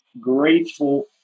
grateful